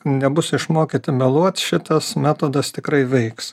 nebus išmokyti meluot šitas metodas tikrai veiks